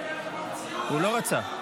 הוא לא רצה.